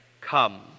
Come